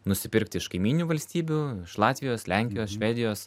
nusipirkt iš kaimyninių valstybių iš latvijos lenkijos švedijos